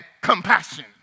compassion